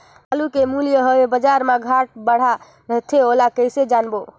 आलू के मूल्य हवे बजार मा घाट बढ़ा रथे ओला कइसे जानबो?